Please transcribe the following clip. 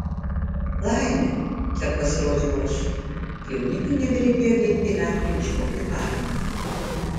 laimė kad pasirodžiau aš jaunikiui nebereikėjo bėgti į gatvę ieškoti pajaunio